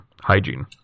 Hygiene